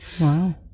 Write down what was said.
wow